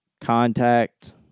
contact